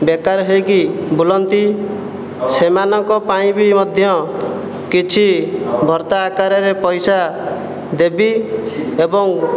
ବେକାର ହେଇକି ବୁଲନ୍ତି ସେମାନଙ୍କ ପାଇଁ ବି ମଧ୍ୟ କିଛି ଭତ୍ତା ଆକାରରେ ଦେବି ଏବଂ